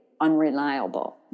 unreliable